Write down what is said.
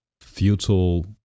futile